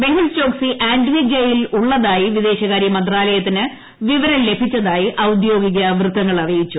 മെഹുൽ ചോക്സി ആന്റിഗ്വയിലുള്ളതായി വിദേശകാര്യ മന്ത്രാലയത്തിന് വിവരം ലഭിച്ചതായി ഔദ്യോഗിക വൃത്തങ്ങൾ അറിയിച്ചു